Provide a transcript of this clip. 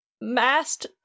masked